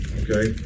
okay